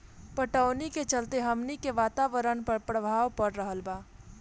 पटवनी के चलते हमनी के वातावरण पर प्रभाव पड़ रहल बा